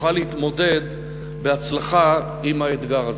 תוכל להתמודד בהצלחה עם האתגר הזה.